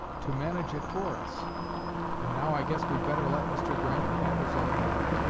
to manage it for us and now i guess we'd better let mr. grant have his own way.